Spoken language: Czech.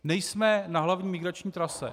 Nejsme na hlavní migrační trase.